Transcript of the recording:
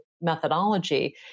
methodology